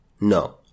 No